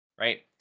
right